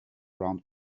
round